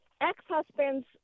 ex-husband's